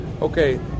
okay